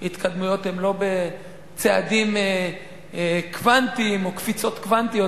ההתקדמויות הן לא בצעדים קוונטיים או קפיצות קוונטיות,